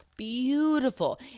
beautiful